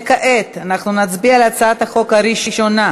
כעת אנחנו נצביע על הצעת החוק הראשונה.